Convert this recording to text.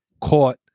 caught